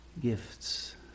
gifts